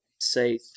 say